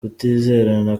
kutizerana